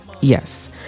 yes